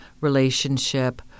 relationship